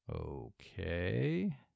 Okay